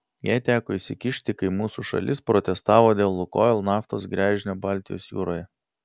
jai teko įsikišti kai mūsų šalis protestavo dėl lukoil naftos gręžinio baltijos jūroje